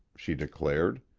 she declared.